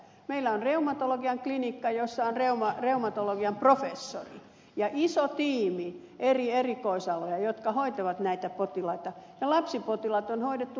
meillä on reumatologian klinikka jossa on reumatologian professori ja iso tiimi eri erikoisaloja jotka hoitavat näitä potilaita ja lapsipotilaat on hoidettu lastenklinikalla